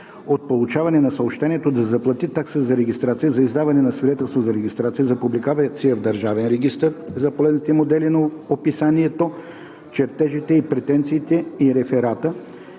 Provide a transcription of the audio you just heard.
от получаване на съобщението да заплати такса за регистрация, за издаване на свидетелство за регистрация, за публикация в Държавния регистър на полезните модели на описанието, чертежите, претенциите и реферата,